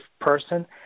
person